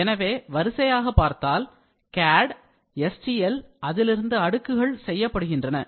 எனவே வரிசையாக பார்த்தால் CAD STL அதிலிருந்து அடுக்குகள் செய்யப்படுகின்றன